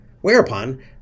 Whereupon